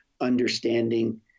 understanding